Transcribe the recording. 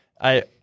I-